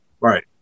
Right